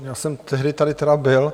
Já jsem tehdy tady tedy byl.